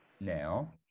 now